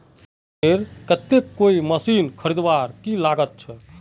किसानेर केते कोई मशीन खरीदवार की लागत छे?